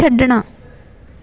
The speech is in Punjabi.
ਛੱਡਣਾ